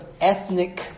ethnic